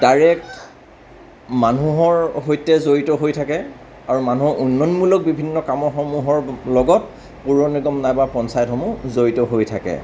direct মানুহৰ সৈতে জড়িত হৈ থাকে আৰু মানুহৰ উন্নয়নমূলক বিভিন্ন কামসমূহৰ লগত পৌৰনিগম নাইবা পঞ্চায়তসমূহ জড়িত হৈ থাকে